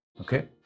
Okay